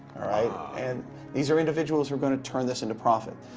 all right? and these are individuals who are gonna turn this into profit.